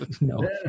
No